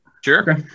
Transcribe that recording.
Sure